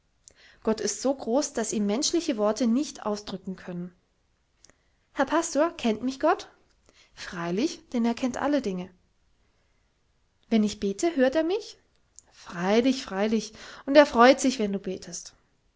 gott ist so groß daß ihn menschliche worte nicht ausdrücken können herr pastor kennt mich gott freilich denn er kennt alle dinge wenn ich bete hört er mich freilich freilich und er freut sich wenn du betest